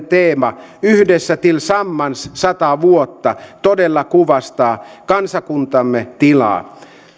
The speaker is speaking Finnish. teema yhdessä tillsammans sata vuotta todella kuvastaa kansakuntamme tilaa